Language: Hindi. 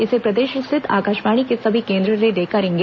इसे प्रदेश स्थित आकाशवाणी के सभी केन्द्र रिले करेंगे